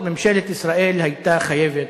ממשלת ישראל היתה חייבת,